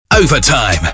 Overtime